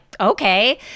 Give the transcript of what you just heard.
okay